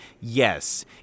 yes